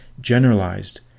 generalized